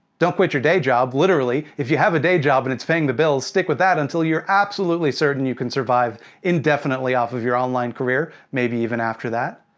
don't quit your day job, literally. if you have a day job and it's paying the bills, stick with that, until you're absolutely certain you can survive indefinitely off of your online career, maybe even after that.